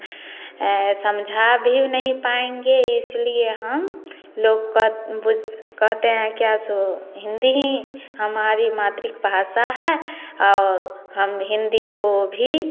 समझा भी नहीं पाएँगे इसलिए हम लोग का बोल कहते हैं क्या सो हिंदी ही हमारी मातृभाषा है और हम हिंदी को भी